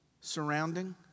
Surrounding